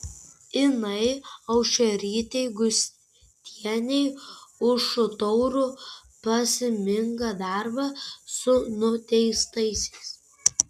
inai aušrytei gustienei už taurų prasmingą darbą su nuteistaisiais